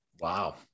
Wow